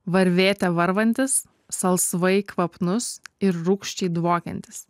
varvėte varvantis salsvai kvapnus ir rūgščiai dvokiantis